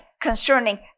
concerning